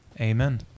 Amen